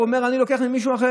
כשרב עיר אומר שהוא מסיר כשרות,